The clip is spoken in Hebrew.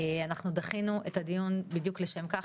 אנחנו דחינו את הדיון בדיוק לשם כך